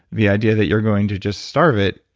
the idea that you're going to just starve it,